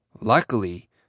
luckily